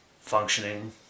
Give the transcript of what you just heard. functioning